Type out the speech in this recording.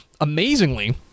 Amazingly